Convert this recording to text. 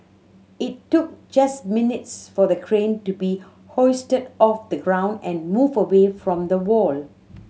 it took just minutes for the crane to be hoisted off the ground and moved away from the wall